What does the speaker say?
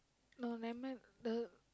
no nevermind the